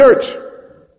church